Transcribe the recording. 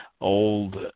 old